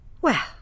Well